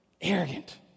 Arrogant